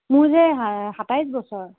মোৰ যে সাতাইছ বছৰ